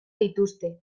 dituzte